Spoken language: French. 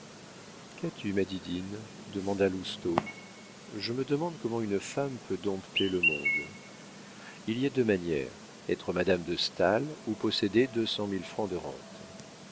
qu'as-tu ma didine demanda lousteau je me demande comment une femme peut dompter le monde il y a deux manières être madame de staël ou posséder deux cent mille francs de rentes